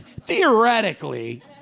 theoretically